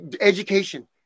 education